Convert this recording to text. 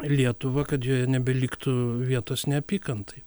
lietuvą kad joje nebeliktų vietos neapykantai